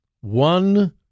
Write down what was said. one